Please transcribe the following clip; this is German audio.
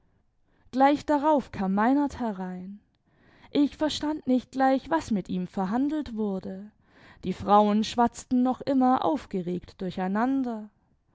gleich darauf kam meinert herein ich verstand nicht gleich was mit ihm verhandelt wurde die frauen schwatzten noch immer aufgeregt